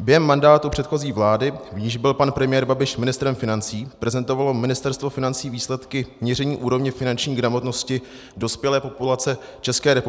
Během mandátu předchozí vlády, v níž byl pan premiér Babiš ministrem financí, prezentovalo Ministerstvo financí výsledky měření úrovně finanční gramotnosti dospělé populace ČR,